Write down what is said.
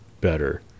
better